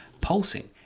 pulsing